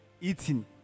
eating